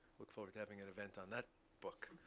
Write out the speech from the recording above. look forward to having an event on that book.